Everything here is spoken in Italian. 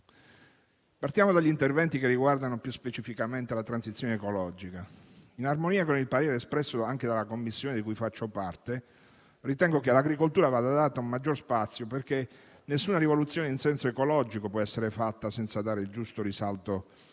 Partiamo dagli interventi che riguardano più specificamente la transizione ecologica. In armonia con il parere espresso anche dalla Commissione di cui faccio parte, ritengo che all'agricoltura vada dato un maggior spazio, perché nessuna rivoluzione in senso ecologico può essere fatta senza dare il giusto risalto